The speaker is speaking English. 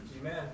Amen